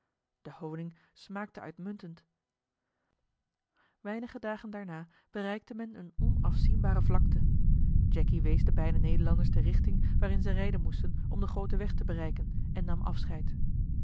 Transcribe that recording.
de honig smaakte uitmuntend weinige dagen daarna bereikte men eene onafzienbare vlakte jacky wees den beiden nederlanders de richting waarin ze rijden moesten om den grooten weg te bereiken en nam afscheid